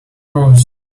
rose